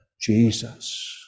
Jesus